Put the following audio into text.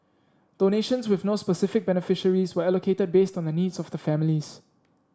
donations with no specific beneficiaries were allocated based on the needs of the families